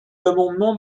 l’amendement